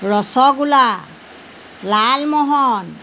rasgulla lalmohan